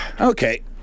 Okay